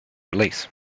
release